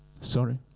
Sorry